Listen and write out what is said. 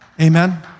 Amen